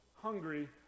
hungry